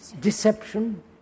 deception